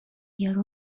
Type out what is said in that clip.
یارو